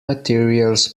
materials